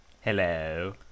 Hello